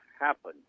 happen